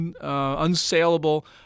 unsaleable